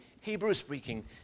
Hebrew-speaking